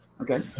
Okay